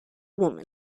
woman